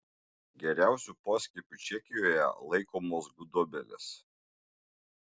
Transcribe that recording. geriausiu poskiepiu čekijoje laikomos gudobelės